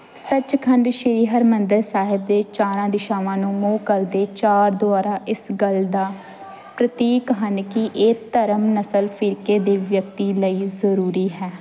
ਸੱਚਖੰਡ ਸ਼੍ਰੀ ਹਰਿਮੰਦਰ ਸਾਹਿਬ ਦੇ ਚਾਰਾਂ ਦਿਸ਼ਾਵਾ ਨੂੰ ਮੂੰਹ ਕਰਦੇ ਚਾਰ ਦੁਆਰਾ ਇਸ ਗੱਲ ਦਾ ਪ੍ਰਤੀਕ ਹਨ ਕਿ ਇਹ ਧਰਮ ਨਸਲ ਫਿਰਕੇ ਦੇ ਵਿਅਕਤੀ ਲਈ ਜ਼ਰੂਰੀ ਹੈ